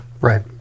Right